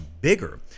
bigger